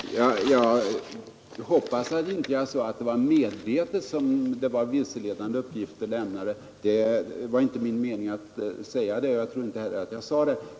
Herr talman! Jag hoppas att jag inte sade att reservanterna medvetet hade lämnat vilseledande uppgifter. Det var inte min mening, och jag tror inte heller att jag sade det.